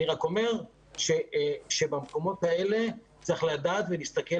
אני רק אומר שבמקומות האלה צריך לדעת ולהסתכל